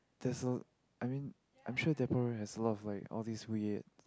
that's a I mean I'm sure Depot-Road has a lot all these weird